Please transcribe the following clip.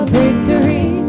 victory